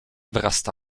wrasta